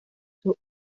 sus